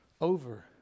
over